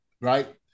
right